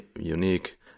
unique